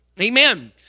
Amen